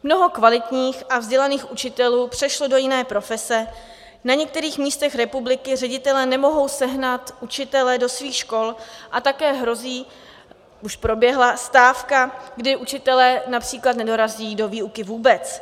Mnoho kvalitních a vzdělaných učitelů přešlo do jiné profese, na některých místech republiky ředitelé nemohou sehnat učitele do svých škol a také hrozí už proběhla stávka, kdy učitelé například nedorazí do výuky vůbec.